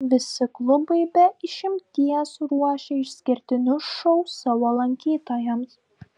visi klubai be išimties ruošia išskirtinius šou savo lankytojams